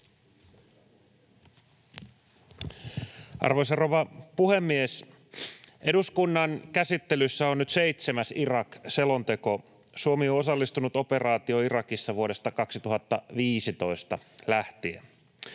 Arvoisa rouva puhemies! Eduskunnan käsittelyssä on nyt seitsemäs Irak-selonteko. Suomi on osallistunut operaatioon Irakissa vuodesta 2015 lähtien.